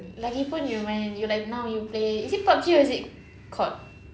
lagipun you main you like now you play is it PUBG or is it COD